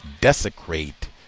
desecrate